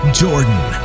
jordan